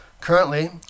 Currently